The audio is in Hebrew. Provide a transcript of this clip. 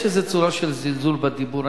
איזו צורה של זלזול בדיבור.